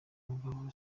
mugabo